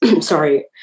sorry